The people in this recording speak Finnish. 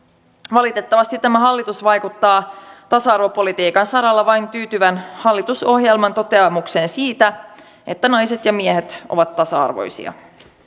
valitettavasti tämä hallitus vaikuttaa tasa arvopolitiikan saralla vain tyytyvän hallitusohjelman toteamukseen siitä että naiset ja miehet ovat tasa arvoisia